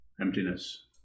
emptiness